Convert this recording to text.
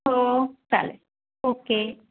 हो चालेल ओके